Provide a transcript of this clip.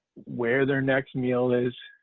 where their next meal is,